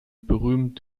berühmt